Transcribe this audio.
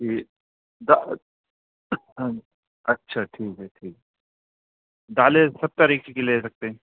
جی اچھا ٹھیک ہے ٹھیک ڈالیں ست تاریخ کی لے سکتے ہیں